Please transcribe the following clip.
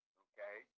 okay